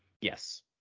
yes